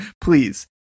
please